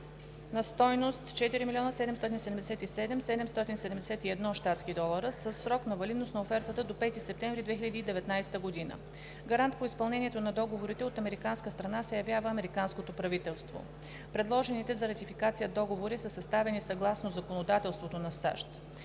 на стойност 4 777 771 щатски долара, със срок на валидност на офертата – до 5 септември 2019 г. Гарант по изпълнението на договорите от американска страна се явява американското правителство. Предложените за ратификация договори са съставени съгласно законодателството на САЩ.